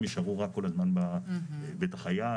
הם יישארו רק כל הזמן בבית החייל,